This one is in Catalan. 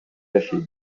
així